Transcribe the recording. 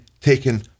taken